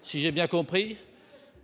si j'ai bien compris